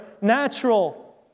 natural